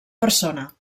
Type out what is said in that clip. persona